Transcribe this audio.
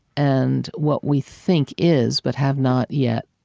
and what we think is but have not yet